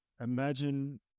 imagine